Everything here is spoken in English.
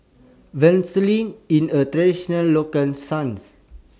Vermicelli IS A Traditional Local Cuisine